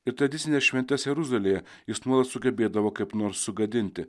ir tradicines šventes jeruzalėje jis nuolat sugebėdavo kaip nors sugadinti